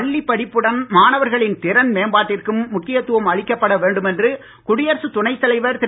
பள்ளி படிப்புடன் மாணவர்களின் திறன் மேம்பாட்டிற்கும் முக்கியத்துவம் அளிக்கப்பட வேண்டும் என்று குடியரசு துணை தலைவர் திரு